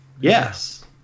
yes